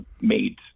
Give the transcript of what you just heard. made